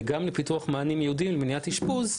וגם לפיתוח מענים ייעודיים למניעת אשפוז,